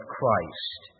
Christ